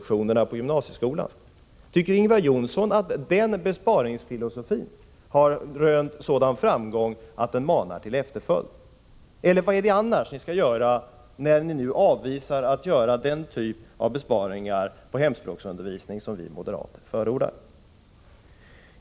Tycker Ingvar Johnsson att denna besparingsfilosofi har rönt sådan framgång att den manar till efterföljd? Eller vad skall ni annars göra, när ni nu avvisar att göra den typ av besparingar på hemspråksundervisningen som vi moderater förordar?